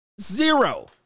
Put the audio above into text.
Zero